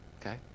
okay